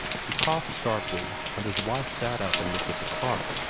he coughed sharply, and his wife sat up and looked at the clock.